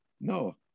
No